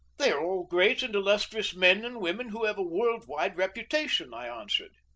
they are all great and illustrious men and women who have a world-wide reputation, i answered.